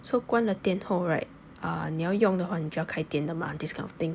so 关了电后 right uh 你要用的活你就要开电的 mah this kind of thing